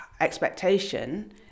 expectation